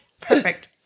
Perfect